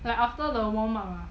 like after the warm up ah